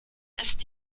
ist